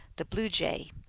the blue jay.